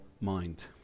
mind